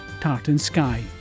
tartansky